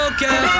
Okay